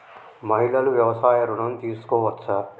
మహిళలు వ్యవసాయ ఋణం తీసుకోవచ్చా?